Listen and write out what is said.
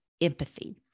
empathy